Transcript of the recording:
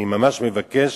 אני ממש מבקש,